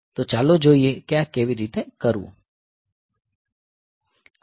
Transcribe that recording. તો ચાલો જોઈએ કે આ કેવી રીતે કરવું